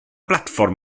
blatfform